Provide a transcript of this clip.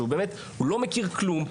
כאשר הוא לא מכיר כלום,